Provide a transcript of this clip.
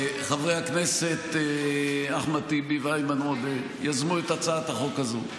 חברי הכנסת אחמד טיבי ואיימן עודה יזמו את הצעת החוק הזו.